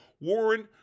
Warren